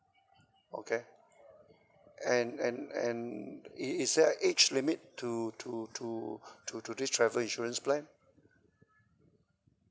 okay and and and is is there age limit to to to to this travel insurance plan